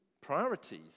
priorities